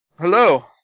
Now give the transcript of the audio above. Hello